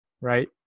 right